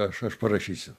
aš aš parašysiu